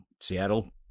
Seattle